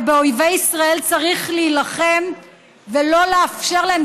ובאויבי ישראל צריך להילחם ולא לאפשר להם